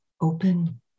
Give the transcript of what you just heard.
open